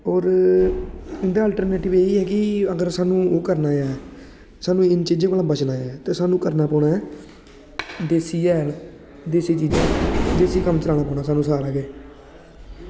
ते इंदा अल्टरनेटिव एह् ऐ कि अगर सानूं ओह् करना ऐ सानूं इनें चीज़ें कोला बचना पौना ऐ ते सानूं ओह् करना पौना ऐ देसी हैल देसी चीज़ां देसी कम्म कराना पौना सानूं अज्जकल